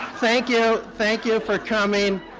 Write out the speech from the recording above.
thank you. thank you for coming.